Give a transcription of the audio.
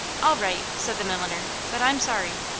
all right, said the milliner, but i'm sorry.